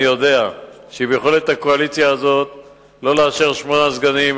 אני יודע שביכולת הקואליציה הזאת לא לאשר שמונה סגנים,